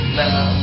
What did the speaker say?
now